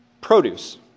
Produce